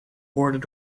worden